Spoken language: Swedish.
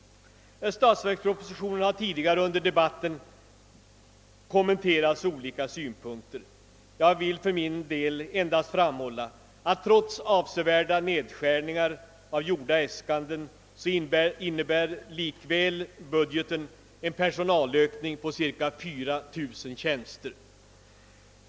Statsverkspropositionen har tidigare under debatten kommenterats ur olika synpunkter. Jag vill för min del endast framhålla att trots avsevärda nedskärningar av gjorda äskanden innebär budgeten en personalökning med cirka 4 000 tjänster.